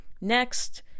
Next